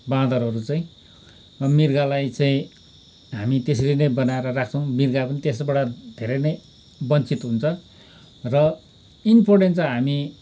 बाँदरहरू चाहिँ मिर्गलाई चाहिँ हामी त्यसरी नै बनाएर राख्छौँ मिर्ग पनि त्यस्तोबाट धेरै नै वञ्चित हुन्छ र इमपोर्टेन चाहिँ हामी